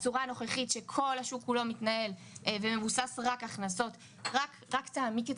הצורה הנוכחית שכל השוק כולו מתנהל ומבוסס רק הכנסות רק תעמיק את